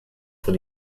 von